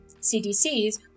CDCs